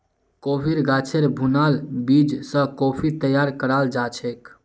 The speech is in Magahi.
कॉफ़ीर गाछेर भुनाल बीज स कॉफ़ी तैयार कराल जाछेक